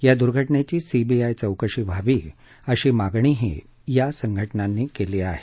या दुर्घटनेची सीबीआय चौकशी व्हावी अशी मागणी या संघटनांनी केली आहे